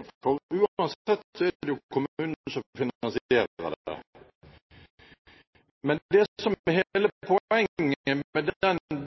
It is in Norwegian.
er bare en presisering, for uansett er det kommunen som finansierer det. Men det som er hele poenget med den